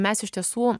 mes iš tiesų